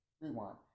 rewind